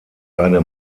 eine